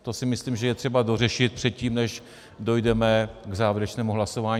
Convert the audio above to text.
To si myslím, že je třeba dořešit předtím, než dojdeme k závěrečnému hlasování.